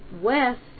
west